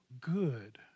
good